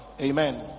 Amen